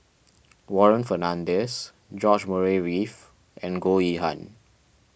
Warren Fernandez George Murray Reith and Goh Yihan